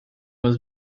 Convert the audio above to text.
was